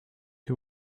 who